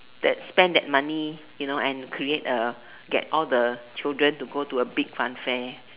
that spend that money you know and create a get all the children to go to a big fun fair